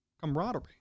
camaraderie